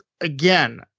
again